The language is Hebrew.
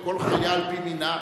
לכל חיה במינה,